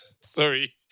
Sorry